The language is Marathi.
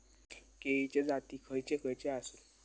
केळीचे जाती खयचे खयचे आसत?